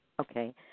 Okay